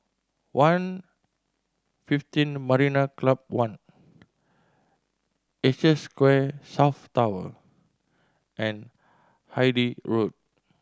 One fifteen Marina Club One Asia Square South Tower and Hythe Road